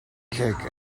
cake